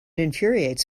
infuriates